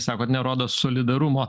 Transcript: sakot nerodo solidarumo